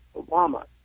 Obama